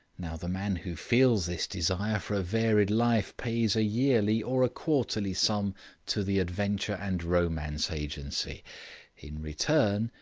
now the man who feels this desire for a varied life pays a yearly or a quarterly sum to the adventure and romance agency in return,